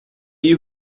you